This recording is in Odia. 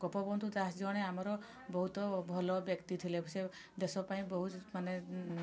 ଗୋପବନ୍ଧୁ ଦାସ ଜଣେ ଆମର ବହୁତ ଭଲ ବ୍ୟକ୍ତି ଥିଲେ ସେ ଦେଶ ପାଇଁ ବହୁତ ମାନେ